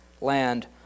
land